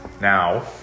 Now